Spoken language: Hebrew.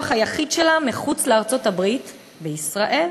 היחיד שלה מחוץ לארצות-הברית בישראל.